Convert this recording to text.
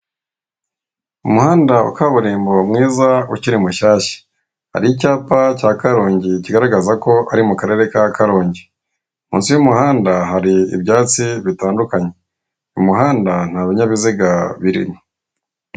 Umuhanda wa kaburimbo mwiza ukiri mushyashya, hari icyapa cya Karongi kigaragaza ko ari mu karere ka Karongi, munsi y'umuhanda hari ibyatsi bitandukanye, mu muhanda nta binyabiziga birimo.